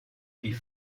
die